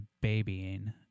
babying